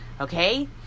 Okay